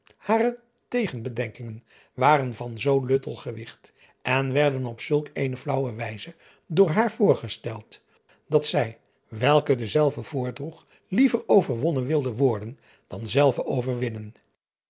hare tegenbedenkingen waren van zoo luttel gewigt en werden op zulk eene flaauwe wijze door haar voorgesteld hoe zij de door aandste blijken droegen dat zij welke dezelve voordroeg liever overwonnen wilde worden dan zelve overwinnen